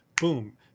boom